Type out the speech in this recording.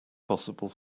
possible